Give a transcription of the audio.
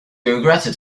regretted